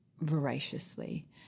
voraciously